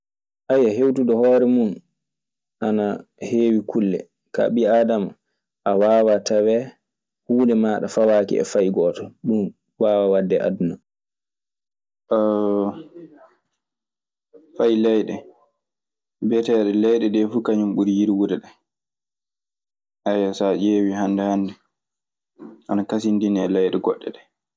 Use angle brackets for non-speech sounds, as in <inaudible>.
<hesitation> hewtude hore mun ana hewi kulle. Ka ɓi adama a wawa tawe hunde ma fawaki e fawogoto, ɗu wawa waɗe e aduna. <hesitation> fay leyɗe biyeteeɗe leyɗe ɗe fuu kañum ɓuri yirwude ɗe, sa ƴeewi hannde, ana kasindiri e leyɗeele goɗɗe ɗe.